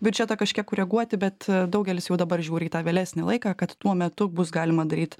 biudžetą kažkiek koreguoti bet daugelis jau dabar žiūri į tą vėlesnį laiką kad tuo metu bus galima daryt